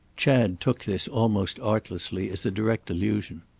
chad took this, almost artlessly, as a direct allusion.